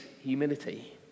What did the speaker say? humility